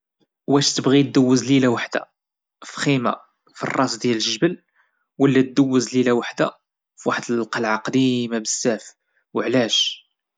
واش تبغي ليلة وحدة فالراس ديال الجبل ولا دوز ليلة وحدة فواحد القلعة قديمة بزاف وعلاش؟